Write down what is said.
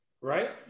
right